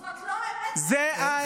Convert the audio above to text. זאת לא האמת, זה שקר.